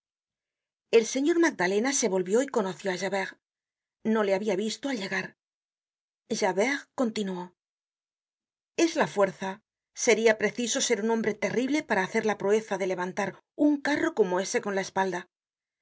el señor magdalena se volvió y conoció á javert no le habia visto al llegar javert continuó es la fuerza seria preciso ser un hombre terrible para hacer la proeza de levantar un carro como ese con la espalda